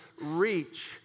reach